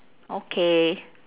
okay